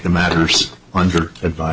the matters under advice